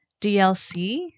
dlc